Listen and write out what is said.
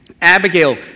Abigail